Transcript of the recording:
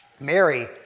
Mary